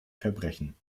verbrechen